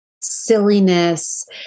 silliness